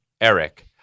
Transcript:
Eric